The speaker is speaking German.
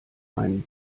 ein